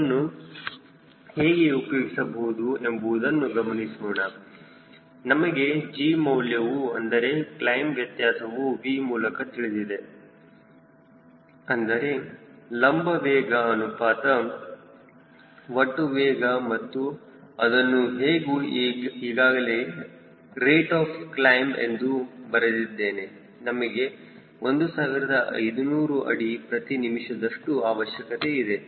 ಅದನ್ನು ಹೇಗೆ ಉಪಯೋಗಿಸಬಹುದು ಎಂಬುದನ್ನು ಗಮನಿಸೋಣ ನಮಗೆ G ಮೌಲ್ಯವು ಅಂದರೆ ಕ್ಲೈಮ್ ವ್ಯತ್ಯಾಸವು V ಮೂಲಕ ತಿಳಿದಿದೆ ಅಂದರೆ ಲಂಬ ವೇಗ ಅನುಪಾತ ಒಟ್ಟು ವೇಗ ಮತ್ತು ಅದನ್ನು ಈಗಾಗಲೇ ರೇಟ್ ಆಫ್ ಕ್ಲೈಮ್ ಎಂದು ಬರೆದಿದ್ದೇನೆ ನಮಗೆ 1500 ಅಡಿ ಪ್ರತಿ ನಿಮಿಷದಷ್ಟು ಅವಶ್ಯಕ ಇದೆ